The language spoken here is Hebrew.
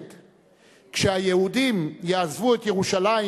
"כשהיהודים יעזבו את ירושלים,